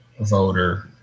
voter